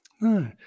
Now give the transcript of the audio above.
No